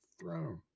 throne